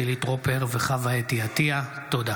חילי טרופר וחוה אתי עטייה בנושא: צורך